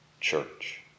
church